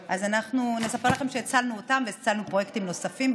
נספר לכם שהצלנו אותם והצלנו פרויקטים נוספים.